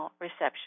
reception